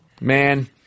man